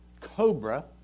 cobra